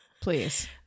please